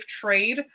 trade